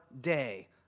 day